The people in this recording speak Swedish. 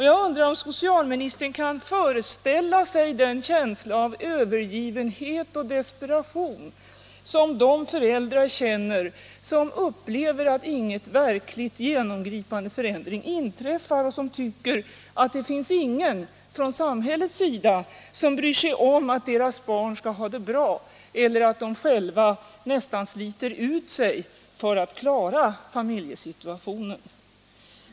Jag undrar om socialministern kan föreställa sig den känsla av övergivenhet och desperation som de föräldrar känner som upplever, att ingen verkligt genomgripande förändring inträffar, och som tycker att ingen från samhällets sida bryr sig om att deras barn skall ha det bra eller att de själva nästan sliter ut sig för att klara familjesituationen.